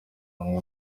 ubumwe